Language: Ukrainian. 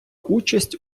участь